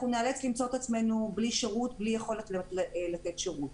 אנחנו נאלץ למצוא את עצמנו בלי שירות ובלי יכולת לתת שירות.